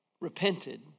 repented